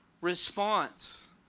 response